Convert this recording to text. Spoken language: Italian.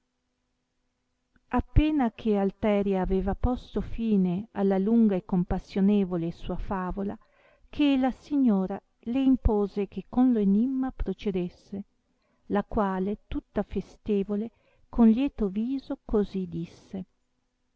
appena che alteria aveva posto fine alla lunga e compassionevole sua favola che la signora le impose che con lo enimma procedesse la quale tutta festevole con lieto viso così disse